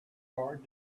hard